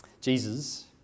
Jesus